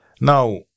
now